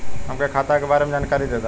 हमके खाता के बारे में जानकारी देदा?